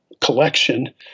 collection